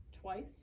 twice